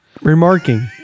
Remarking